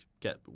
get